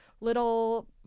little